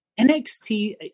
NXT